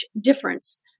difference